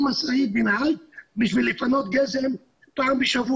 משאית ונהג בשביל לפנות טון גזם בשבוע?